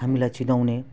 हामीलाई चिनाउने